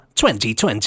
2020